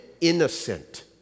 innocent